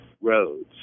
roads